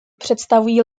představují